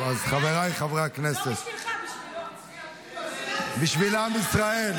חבריי חברי הכנסת ------ בשביל עם ישראל,